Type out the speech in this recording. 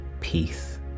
peace